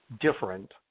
different